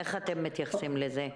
איך אתם מתייחסים לזה?